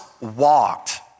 walked